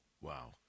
Wow